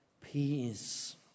Peace